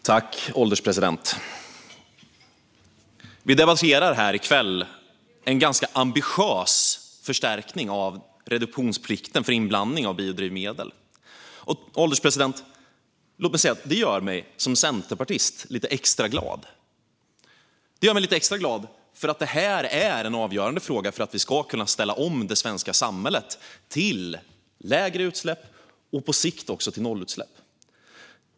Herr ålderspresident! Vi debatterar i kväll en ganska ambitiös förstärkning av reduktionsplikten för inblandning av biodrivmedel. Det gör mig som centerpartist lite extra glad, eftersom det är en avgörande fråga för att vi ska kunna ställa om det svenska samhället till lägre utsläpp, på sikt också till nollutsläpp.